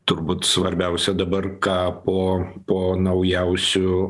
turbūt svarbiausia dabar ką po po naujausių